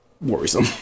worrisome